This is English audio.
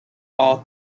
all